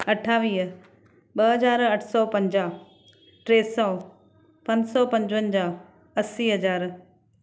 अठावीह ॿ हज़ार अठ सौ पंजाह टे सौ पंज सौ पंजवंजाह असी हज़ार